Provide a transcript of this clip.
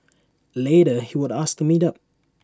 later he would ask to meet up